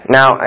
Now